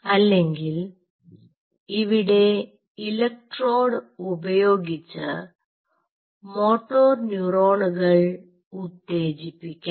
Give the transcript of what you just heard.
അല്ലെങ്കിൽ ഇവിടെ ഇലക്ട്രോഡ് ഉപയോഗിച്ച് മോട്ടോർ ന്യൂറോണുകൾ ഉത്തേജിപ്പിക്കാം